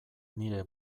nire